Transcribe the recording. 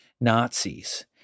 Nazis